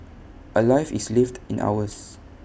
A life is lived in hours